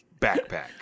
backpack